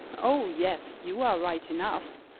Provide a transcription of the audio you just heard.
oh! yes, you are right enough,